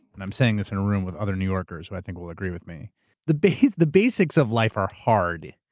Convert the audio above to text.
and i'm saying this in a room with other new yorkers, who i think will agree with me the basics the basics of life are hard,